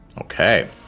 Okay